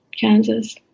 kansas